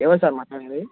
ఎవరు సార్ మాట్లాడేది